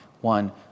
one